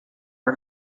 for